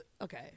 Okay